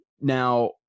Now